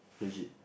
legit